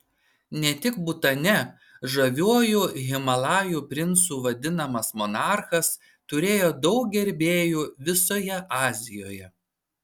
ne tik butane žaviuoju himalajų princu vadinamas monarchas turėjo daug gerbėjų visoje azijoje